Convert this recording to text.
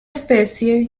especie